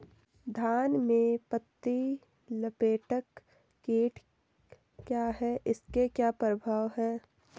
धान में पत्ती लपेटक कीट क्या है इसके क्या प्रभाव हैं?